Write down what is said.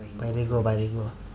bilingual bilingual ah